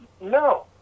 no